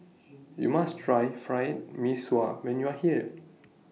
YOU must Try Fried Mee Sua when YOU Are here